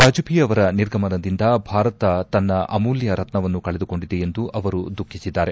ವಾಜಪೇಯಿ ಅವರ ನಿರ್ಗಮನದಿಂದ ಭಾರತ ತನ್ನ ಅಮೂಲ್ಯ ರತ್ನವನ್ನು ಕಳೆದುಕೊಂಡಿದೆ ಎಂದು ಅವರು ದುಃಖಿಸಿದ್ದಾರೆ